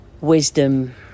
wisdom